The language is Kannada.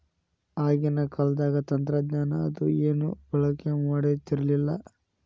ಆಗಿನ ಕಾಲದಾಗ ತಂತ್ರಜ್ಞಾನ ಅದು ಏನು ಬಳಕೆ ಮಾಡತಿರ್ಲಿಲ್ಲಾ